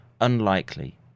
unlikely